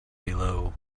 below